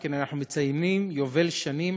שכן אנחנו מציינים יובל שנים,